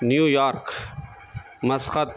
new York Muscat